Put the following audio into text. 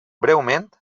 breument